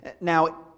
Now